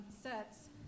sets